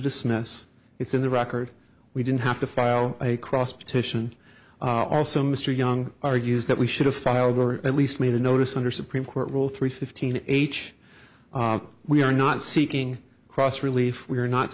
dismiss it's in the record we didn't have to file a cross petition also mr young argues that we should have filed or at least made a notice under supreme court rule three fifteen h we are not seeking cross relief we are not